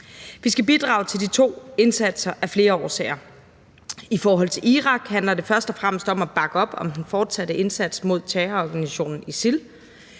Vi skal bidrage til de to indsatser af flere årsager. I forhold til Irak handler det først og fremmest om at bakke op om den fortsatte indsats mod terrororganisationen ISIL.